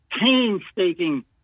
painstaking